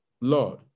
Lord